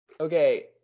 Okay